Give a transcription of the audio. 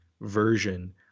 version